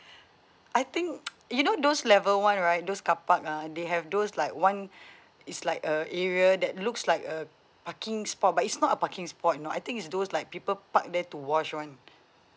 I think you know those level one right those car park ah they have those like one it's like a area that looks like a parking spot but it's not a parking spot you know I think it's those like people park there to wash [one]